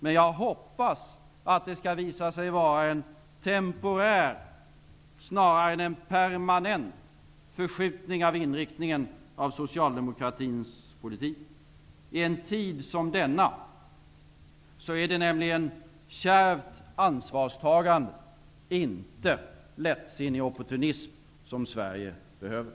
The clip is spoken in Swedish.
Men jag hoppas att det skall visa sig vara en temporär snarare än en permanent förskjutning av inriktningen i den socialdemokratiska politiken. I en tid som denna är det nämligen kärvt ansvarstagande -- inte lättsinnig opportunism -- som Sverige behöver.